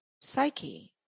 Psyche